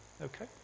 Okay